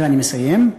ואני מסיים: